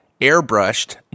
airbrushed